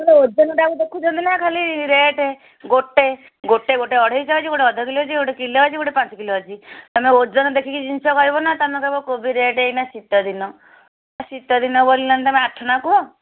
ଖାଲି ଓଜନ ଟାକୁ ଦେଖୁଛନ୍ତି ନା ଖାଲି ରେଟ୍ ଗୋଟେ ଗୋଟେ ଗୋଟେ ଅଢ଼େଇଶହ ଅଛି ଗୋଟେ ଅଧକିଲୋ ଅଛି ଗୋଟେ କିଲୋ ଅଛି ଗୋଟେ ପାଞ୍ଚକିଲୋ ଅଛି ତୁମେ ଓଜନ ଦେଖିକି ଜିନିଷ କହିବ ନା ତୁମେ କହିବ କୋବି ରେଟ୍ ଏଇନା ଶୀତଦିନ ଶୀତଦିନ ବୋଲି ନ ହେଲେ ତୁମେ ଆଠଣା କୁହ